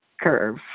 curve